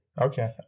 Okay